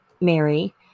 Mary